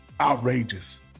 outrageous